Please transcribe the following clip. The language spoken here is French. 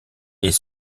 est